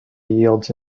yields